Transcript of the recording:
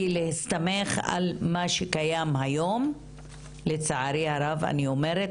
כי להסתמך על מה שקיים היום לצערי הרב אני אומרת,